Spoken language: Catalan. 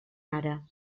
ara